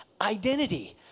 identity